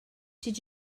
did